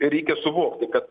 reikia suvokti kad